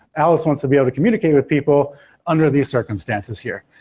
alice wants to be able to communicate with people under these circumstances here.